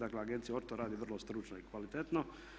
Dakle agencija to radi vrlo stručno i kvalitetno.